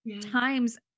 times